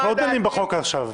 אנחנו לא דנים בחוק עכשיו.